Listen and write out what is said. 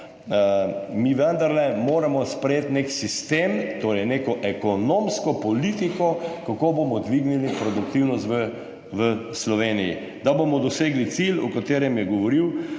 Mi vendarle moramo sprejeti nek sistem, to je neko ekonomsko politiko, kako bomo dvignili produktivnost v Sloveniji, da bomo dosegli cilj, o katerem je govoril